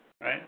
right